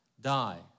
die